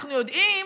אנחנו יודעים